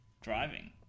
driving